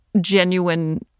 genuine